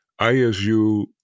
ISU